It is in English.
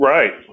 Right